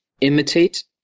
imitate